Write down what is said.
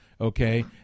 okay